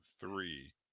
three